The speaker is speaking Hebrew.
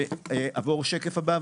שקף הבא,